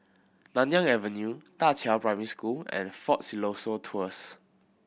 Nanyang Avenue Da Qiao Primary School and Fort Siloso Tours